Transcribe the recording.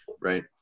right